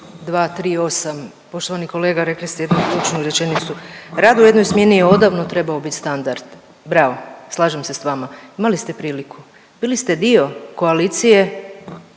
238., poštovani kolega, rekli ste jednu ključnu rečenicu. Rad u jednoj smjeni je odavno trebao bit standard, bravo, slažem se s vama, imali ste priliku. Bili ste dio koalicije